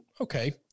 okay